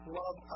love